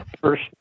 first